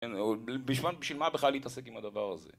בשביל מה בכלל להתעסק עם הדבר הזה?